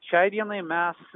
šiai dienai mes